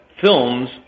films